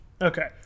okay